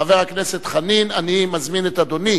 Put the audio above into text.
חבר הכנסת חנין, אני מזמין את אדוני